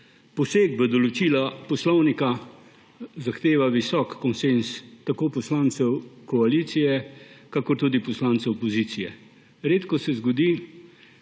poseg v določila Poslovnika zahteva visok konsenz tako poslancev koalicije kakor tudi poslancev opozicije. Redko se zgodi,